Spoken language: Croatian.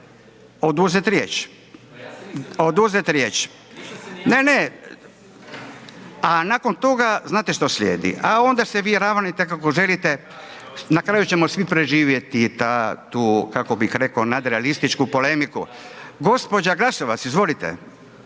oduzeti riječ, oduzeti riječ, ne, ne. A nakon toga, znate što slijedi, a onda se vi ravnajte kako želite, na kraju ćemo svi preživjeti, ta, tu, kako bi rekao nadrealističku polemiku, gđa. Glasovac izvolite.